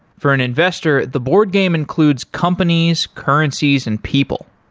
for an investor, the board game includes companies, currencies and people.